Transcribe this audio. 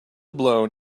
blown